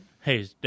hey